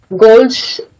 goals